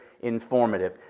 informative